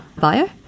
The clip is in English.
bio